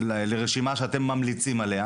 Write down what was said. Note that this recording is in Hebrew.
לרשימה שאתם ממליצים עליה